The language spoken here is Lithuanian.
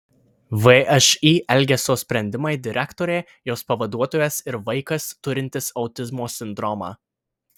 všį elgesio sprendimai direktorė jos pavaduotojas ir vaikas turintis autizmo sindromą